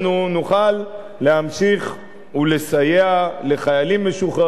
נוכל להמשיך ולסייע לחיילים משוחררים,